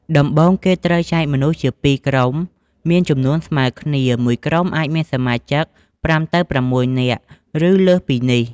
ដំបូងគេត្រូវចែកមនុស្សជា២ក្រុម មានចំនួនស្មើគ្នា មួយក្រុមអាចមានសមាជិក ៥ ទៅ៦នាក់ ឬលើសពីនេះ។